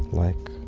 like,